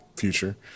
future